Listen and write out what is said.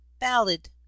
ballad